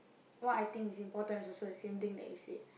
what I think is important is also the same thing that you said